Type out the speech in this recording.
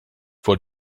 vor